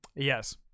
Yes